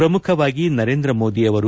ಪ್ರಮುಖವಾಗಿ ನರೇಂದ್ರ ಮೋದಿ ಅವರು